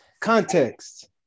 context